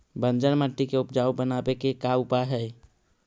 बंजर मट्टी के उपजाऊ बनाबे के का उपाय है?